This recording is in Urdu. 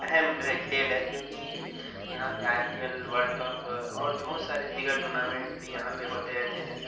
اہم جو کھیل ہے کیوںکہ یہاں پہ I P L world cup اور بہت سارے دیگر ٹورنامنٹ بھی یہاں پہ ہوتے رہتے ہیں